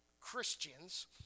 Christians